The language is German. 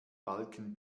balken